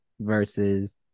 versus